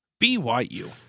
BYU